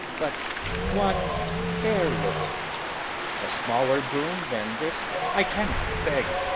but one fair look a smaller boon than this i cannot beg,